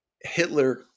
Hitler